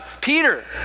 Peter